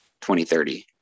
2030